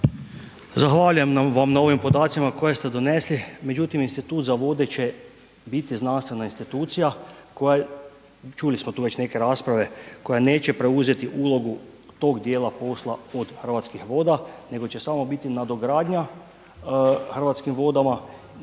Zahvaljujem vam na ovim podacima koje ste donesli, međutim institut za vode će biti znanstvena institucija koja, čuli smo tu već neke rasprave, koji neće preuzeti ulogu tog djela posla od Hrvatskih voda nego će samo biti nadogradnja Hrvatskim vodama